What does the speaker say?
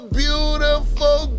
beautiful